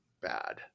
bad